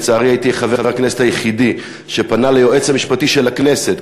לצערי הייתי חבר הכנסת היחידי שפנה ליועץ המשפטי של הכנסת,